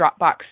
Dropbox